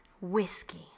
whiskey